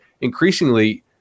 increasingly –